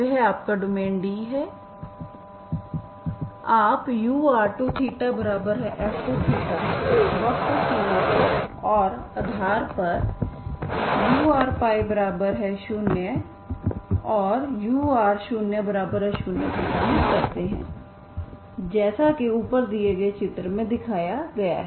वह आपका domain D है आप ur2θf2θ वक्र सीमा पर और आधार पर urπ0 और ur00 प्रदान करते हैं जैसा कि ऊपर दिए गए चित्र में दिखाया गया है